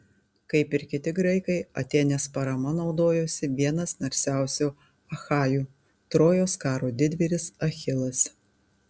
kaip ir kiti graikai atėnės parama naudojosi vienas narsiausių achajų trojos karo didvyris achilas